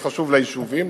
חשוב ליישובים,